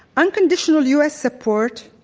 unconditional u. s. support